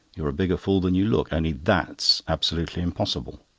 you're a bigger fool than you look, only that's absolutely impossible.